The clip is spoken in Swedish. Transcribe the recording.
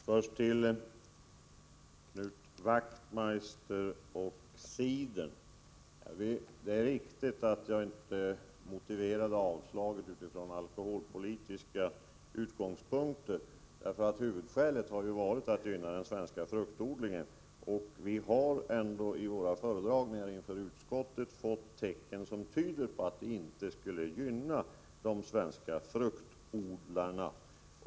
Herr talman! Låt mig först göra en kommentar till vad Knut Wachtmeister sade om cider. Det är riktigt att jag inte motiverade avslagsyrkandet utifrån alkoholpolitiska utgångspunkter. Huvudskälet har ju varit att gynna den svenska fruktodlingen. Vi har ändå i våra föredragningar inför utskottet fått tecken som tyder på att en ökad alkoholhalt i cider inte skulle gynna de svenska fruktodlarna.